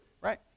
right